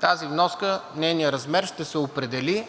тази вноска ще се определи